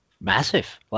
massive